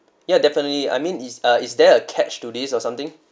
ya definitely I mean is uh is there a catch to this or something